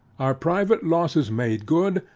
our private losses made good,